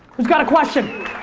who's got a question?